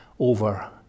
over